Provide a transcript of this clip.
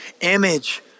image